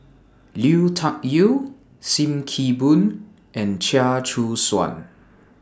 Liu Tuck Yew SIM Kee Boon and Chia Choo Suan